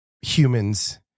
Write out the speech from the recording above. humans